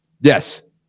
yes